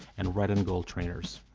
and red and gold trainers.